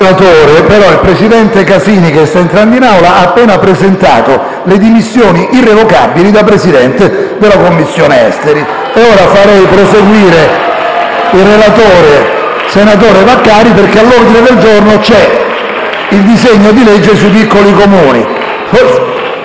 Il presidente Casini, che sta entrando in Aula, ha appena presentato le dimissioni irrevocabili da Presidente della Commissione affari esteri. *(Applausi dal Gruppo M5S)*. Ora farei proseguire il relatore, senatore Vaccari, perché all'ordine del giorno c'è il disegno di legge sui piccoli Comuni.